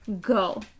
Go